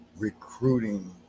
recruiting